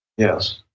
Yes